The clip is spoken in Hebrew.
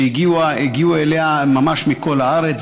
שהגיעו אליה ממש מכל הארץ.